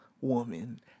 woman